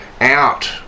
out